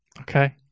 Okay